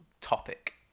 topic